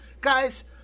Guys